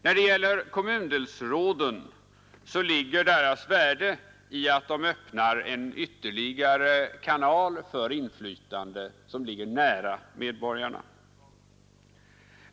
När det gäller kommundelsråden ligger deras värde i att de öppnar en ytterligare kanal för inflytande som ligger nära medborgarna.